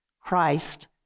Christ